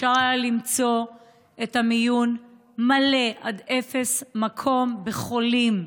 אפשר היה למצוא את המיון מלא עד אפס מקום בחולים,